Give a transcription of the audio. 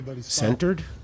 centered